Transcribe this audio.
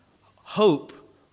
hope